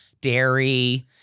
dairy